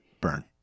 burn